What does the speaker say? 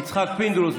יצחק פינדרוס,